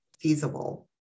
feasible